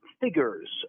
figures